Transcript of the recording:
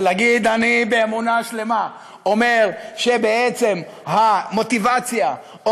ולהגיד: אני באמונה שלמה אומר שבעצם המוטיבציה או